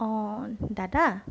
অঁ দাদা